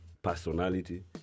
personality